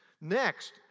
Next